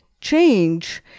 change